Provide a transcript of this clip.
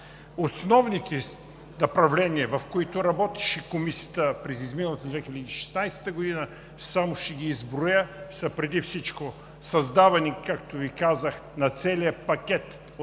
Основните направления, в които работеше Комисията през изминалата 2016 г. – само ще ги изброя, са преди всичко създаване, както Ви казах, на целия пакет от